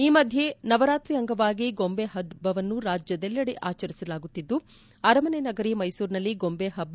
ಈ ಮಧ್ಯೆ ನವರಾತ್ರಿ ಅಂಗವಾಗಿ ಗೊಂಬೆ ಹಬ್ಬವನ್ನು ರಾಜ್ಯದೆಲ್ಲೆಡೆ ಆಚರಿಸಲಾಗುತ್ತಿದ್ದು ಅರಮನೆ ನಗರಿ ಮೈಸೂರಿನಲ್ಲಿ ಗೊಂಬೆಹಬ್ಬ